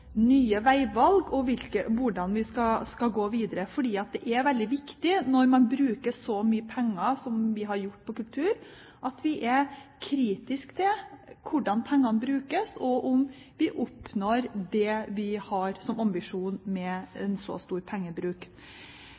nye veivalg, og på hvordan vi skal gå videre. Det er veldig viktig når man bruker så mye penger som vi har gjort på kultur, at vi er kritisk til hvordan pengene brukes, og om vi oppnår det vi har som ambisjon med en så stor pengebruk.